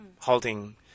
holding